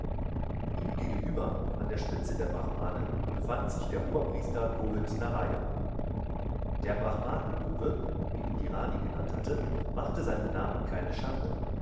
ihm gegenüber an der spitze der brahmanen befand sich der oberpriester govind narayan der brahmanen löwe wie ihn die rani genannt hatte machte seinem namen keine schande